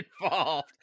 involved